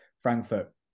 Frankfurt